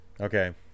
Okay